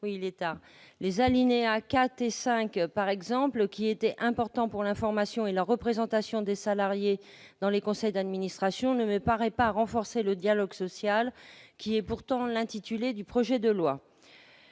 supprimé les alinéas 4 et 5, qui étaient importants en termes d'information et de représentation des salariés dans les conseils d'administration -ne me paraît pas renforcer le dialogue social. Tel est pourtant l'intitulé du projet de loi